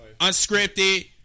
unscripted